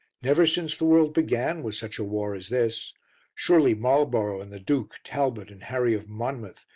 never since the world began was such a war as this surely marlborough and the duke, talbot and harry of monmouth,